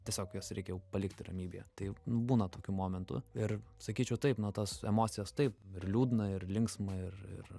tiesiog juos reikia jau palikti ramybėje tai nu būna tokių momentų ir sakyčiau taip na tos emocijos taip ir liūdna ir linksma ir ir